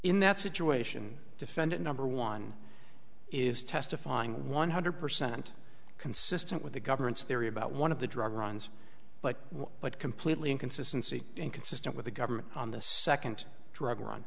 in that situation defendant number one is testifying one hundred percent consistent with the government's theory about one of the drug runs but what completely inconsistency inconsistent with the government on the second drug